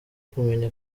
kumenya